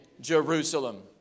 Jerusalem